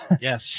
Yes